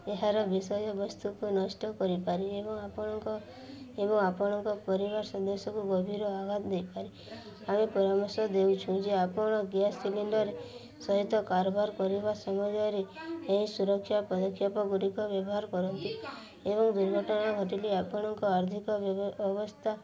ଏହାର ବିଷୟବସ୍ତୁକୁ ନଷ୍ଟ କରିପାରେ ଏବଂ ଆପଣଙ୍କ ଏବଂ ଆପଣଙ୍କ ପରିବାର ସଦସ୍ୟଙ୍କୁ ଗଭୀର ଆଘାତ ଦେଇପାରେ ଆମେ ପରାମର୍ଶ ଦେଉଛୁଁ ଯେ ଆପଣ ଗ୍ୟାସ୍ ସିଲିଣ୍ଡର ସହିତ କାରବାର କରିବା ସମୟରେ ଏହି ସୁରକ୍ଷା ପଦକ୍ଷେପଗୁଡ଼ିକ ବ୍ୟବହାର କରନ୍ତି ଏବଂ ଦୁର୍ଘଟଣା ଘଟିଲେ ଆପଣଙ୍କ ଆର୍ଥିକ ଅବସ୍ଥା